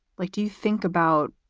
like do you think about.